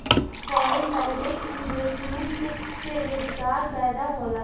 foreign direct investment से रोजगार पैदा होला